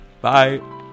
bye